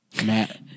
Matt